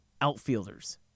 outfielders